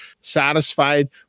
satisfied